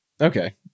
okay